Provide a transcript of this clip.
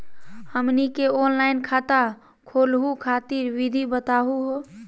हमनी के ऑनलाइन खाता खोलहु खातिर विधि बताहु हो?